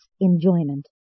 enjoyment